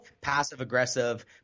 Passive-aggressive